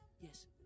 Yes